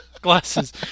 glasses